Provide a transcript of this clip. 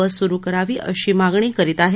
बस सुरु करावी अशी मागणी करीत आहेत